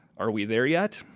are we there yet?